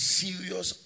serious